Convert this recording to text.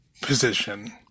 position